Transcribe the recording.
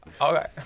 Okay